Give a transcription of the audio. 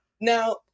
Now